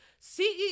CEO